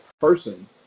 person